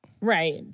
Right